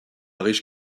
riche